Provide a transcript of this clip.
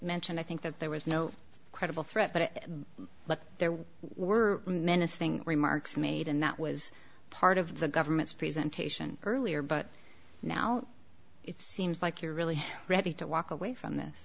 mentioned i think that there was no credible threat but look there were menacing remarks made and that was part of the government's presentation earlier but now it seems like you're really ready to walk away from this